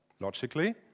logically